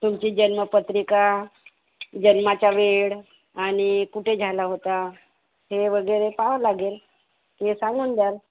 तुमची जन्मपत्रिका जन्माचा वेळ आणि कुठे झाला होता हे वगैरे पहावं लागेल ते सांगून द्याल